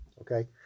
okay